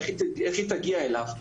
איך היא תגיע אליו?